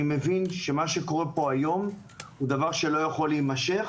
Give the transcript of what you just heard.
מה שקורה פה היום הוא דבר שלא יכול להימשך